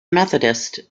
methodists